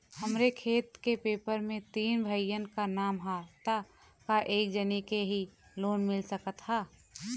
हमरे खेत के पेपर मे तीन भाइयन क नाम ह त का एक जानी के ही लोन मिल सकत ह?